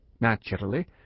Naturally